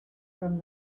from